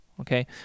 okay